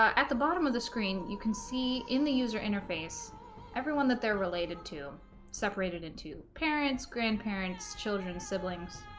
um at the bottom of the screen you can see in the user interface everyone that they're related to separated into parents grandparents children siblings